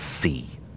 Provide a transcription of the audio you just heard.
see